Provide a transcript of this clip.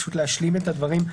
פשוט להשלים את הדברים,